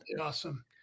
Awesome